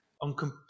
on